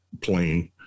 plane